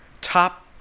top